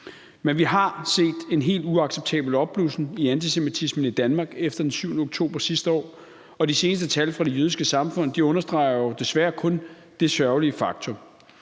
Men vi har set en helt uacceptabel opblussen i antisemitisme i Danmark efter den 7. oktober sidste år, og de seneste tal fra det jødiske samfund understreger jo desværre kun det sørgelige faktum.